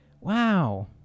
Wow